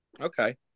Okay